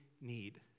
need